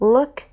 Look